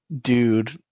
dude